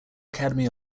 academy